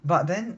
but then